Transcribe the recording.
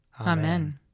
Amen